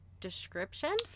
description